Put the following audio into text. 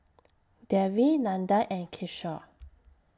Devi Nandan and Kishore